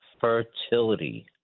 fertility